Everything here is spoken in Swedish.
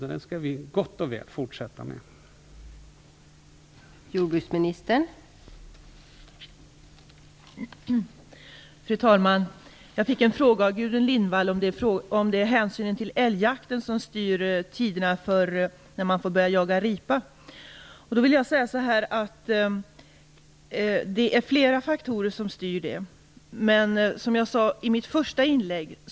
Den diskussionen skall vi fortsätta med, och det är är gott och väl.